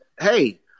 hey